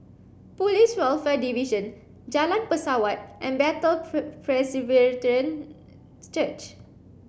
Police Welfare Division Jalan Pesawat and Bethel Presbyterian Church